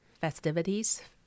festivities